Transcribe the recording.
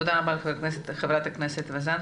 תודה רבה לך, חברת הכנסת וזאן.